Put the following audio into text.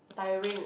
tiring